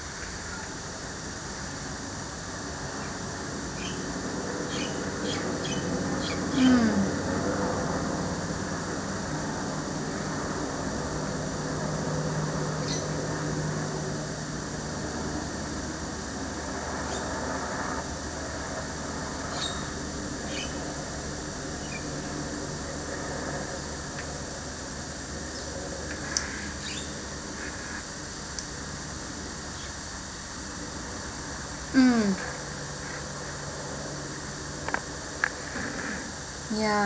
mm mm ya